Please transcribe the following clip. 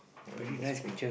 oh that's good